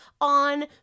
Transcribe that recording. on